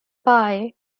pye